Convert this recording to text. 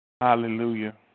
Hallelujah